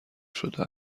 شده